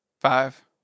Five